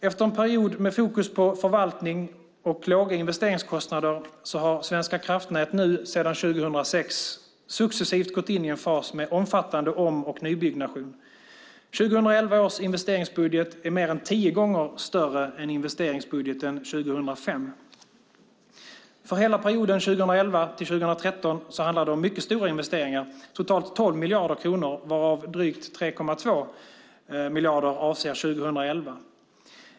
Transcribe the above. Efter en period med fokus på förvaltning och låga investeringskostnader har Svenska Kraftnät sedan 2006 successivt gått in en fas med omfattande om och nybyggnation. Investeringsbudgeten för 2011 är mer än tio gånger större än investeringsbudgeten för 2005. För hela perioden 2011-2013 handlar det om mycket stora investeringar, totalt 12 miljarder kronor varav drygt 3,2 miljarder avser 2011.